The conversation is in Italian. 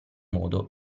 modo